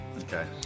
Okay